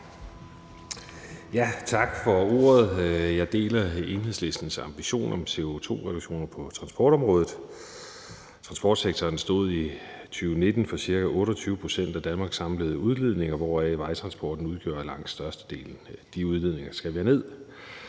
Tak for ordet. Jeg deler Enhedslistens ambition om CO2-reduktioner på transportområdet. Transportsektoren stod i 2019 for cirka 28 pct. af Danmarks samlede udledning, hvoraf vejtransporten udgjorde langt størstedelen. De udledninger skal vi have ned.